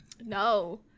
no